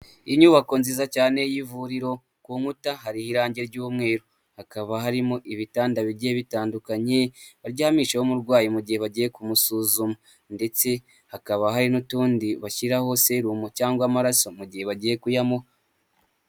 Inyubako nziza cyane y'ivuriro, ku nkuta hari irangi ry'umweru, hakaba harimo ibitanda bigiye bitandukanye baryamishaho umurwayi mu gihe bagiye kumusuzuma ndetse hakaba hari n'utundi bashyiraho serumu cyangwa amaraso mu gihe bagiye kuyamuha.